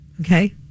okay